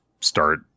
start